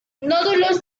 nódulos